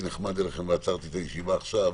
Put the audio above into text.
נחמד אליכם ועצרתי את הישיבה עכשיו,